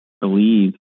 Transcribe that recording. believe